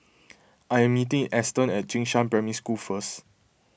I am meeting Eston at Jing Shan Primary School first